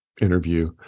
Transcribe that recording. interview